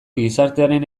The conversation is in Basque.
gizartearen